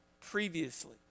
previously